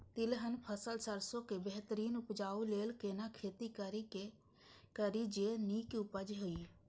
तिलहन फसल सरसों के बेहतरीन उपजाऊ लेल केना खेती करी जे नीक उपज हिय?